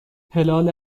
هلال